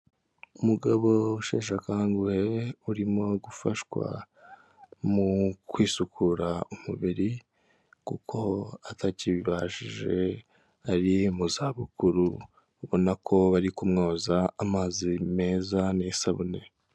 Umugabo usheshe akanguhe, urimo gufashwa mu kwisukura umubiri kuko atakibashije, ari mu zabukuru ubona ko bari kumwoza amazi meza n'isabune.